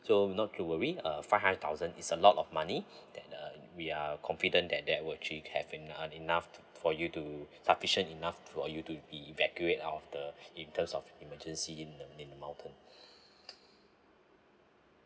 so not to worry uh five thousand is a lot of money that uh we are confident that that will actually have an uh enough for you to sufficient enough for you to evacuate out of the in terms of emergency in the in the mountain